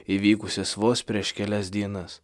įvykusias vos prieš kelias dienas